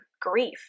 grief